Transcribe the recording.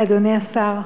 אדוני השר,